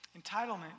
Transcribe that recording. Entitlement